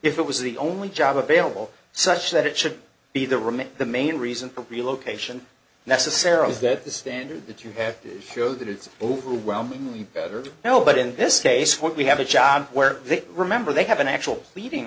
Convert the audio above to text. if it was the only job available such that it should be the remit the main reason for relocation necessarily is that the standard that you have to show that it's overwhelmingly better no but in this case when we have a job where they remember they have an actual pleading